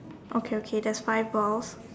okay okay there's five balls